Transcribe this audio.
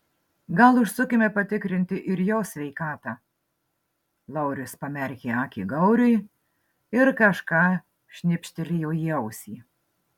gal užsukime patikrinti ir jo sveikatą laurius pamerkė akį gauriui ir kažką šnibžtelėjo į ausį